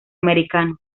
americano